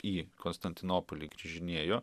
į konstantinopolį grįžinėjo